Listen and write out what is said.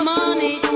money